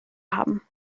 haben